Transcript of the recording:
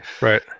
right